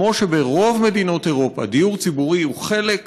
כמו שברוב מדינות אירופה דיור ציבורי הוא חלק